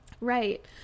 Right